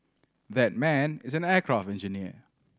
that man is an aircraft engineer